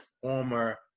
former